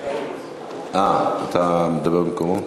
אה, אתה מדבר במקומו?